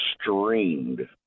streamed